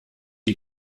die